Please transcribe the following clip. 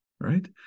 right